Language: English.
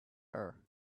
her